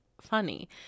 funny